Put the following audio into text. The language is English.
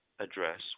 address